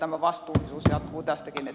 herra puhemies